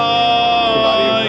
ah